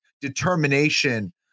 determination